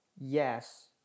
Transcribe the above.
yes